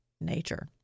nature